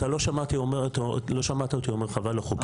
אתה לא שמעת אותי אומר חווה לא חוקית,